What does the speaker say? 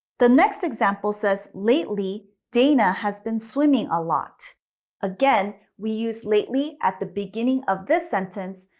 the next example says, lately, dana has been swimming a lot again, we use lately at the beginning of this sentence,